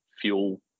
fuel